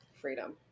Freedom